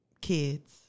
kids